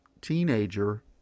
teenager